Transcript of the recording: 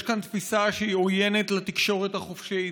יש כאן תפיסה שהיא עוינת לתקשורת החופשית,